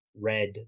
red